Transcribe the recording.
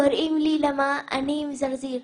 לאמה: קוראים לי לאמה, אני מזרזיר.